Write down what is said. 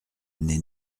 n’est